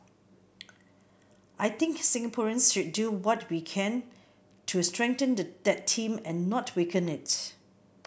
I think Singaporeans should do what we can to strengthened that team and not weaken it